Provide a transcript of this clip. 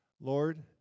Lord